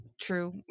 true